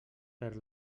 per